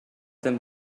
them